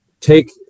take